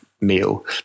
meal